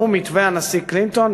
שהוא מתווה הנשיא קלינטון,